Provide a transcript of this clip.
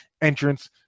entrance